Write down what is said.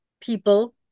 people